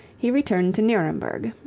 he returned to nuremberg.